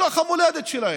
בתוך המולדת שלהם.